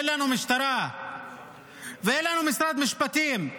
אין לנו משטרה ואין לנו משרד משפטים.